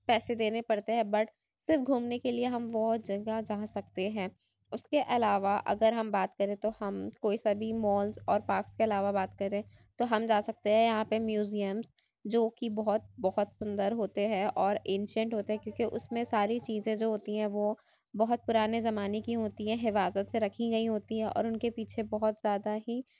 پیسے دینے پڑتے ہیں بٹ صرف گھومنے کے لیے ہم وہ جگہ جا سکتے ہیں اس کے علاوہ اگر ہم بات کریں تو ہم کوئی سا بھی مالز اور پارک کے علاوہ بات کریں تو ہم جا سکتے ہیں یہاں پہ میوزیمس جوکہ بہت بہت سندر ہوتے ہیں اور انسینٹ ہوتے ہیں کیونکہ اس میں ساری چیزیں جو ہوتی ہیں وہ بہت پرانے زمانے کی ہوتی ہیں حفاظت سے رکھی گئی ہوتی ہیں اور ان کے پیچھے بہت زیادہ ہی